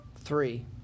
Three